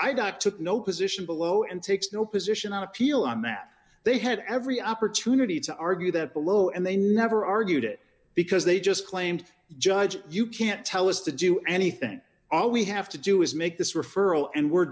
i got took no position below and takes no position on appeal and that they had every opportunity to argue that below and they never argued it because they just claimed judge you can't tell us to do anything all we have to do is make this referral and we're